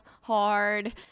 hard